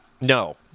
No